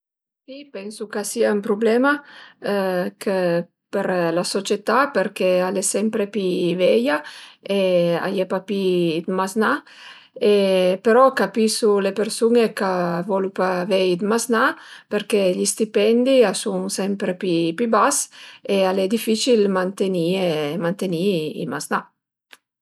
Si pensu ch'a sie ën prublema për la società përché al e sempre pi veia e a ie papì d'maznà, però capisu le persun-e ch'a volu pa avei d'maznà përché gli stipendi a sun sempre pi pi bas e al e dificil mantenìe manteni i maznà